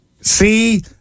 See